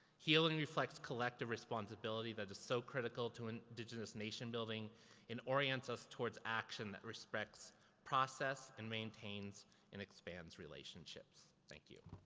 heal and reflects collective responsibility that is so critical to indigenous nation building and orients us toward action that respects process and maintains and expands relationships. thank you.